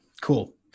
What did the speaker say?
Cool